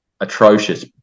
Atrocious